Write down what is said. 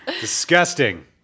Disgusting